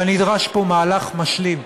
אבל נדרש פה מהלך משלים,